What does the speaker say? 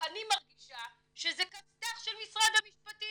אני מרגישה שזה כסת"ח של משרד המשפטים.